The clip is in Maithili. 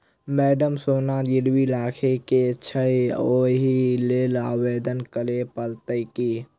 मैडम सोना गिरबी राखि केँ छैय ओई लेल आवेदन करै परतै की?